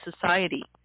society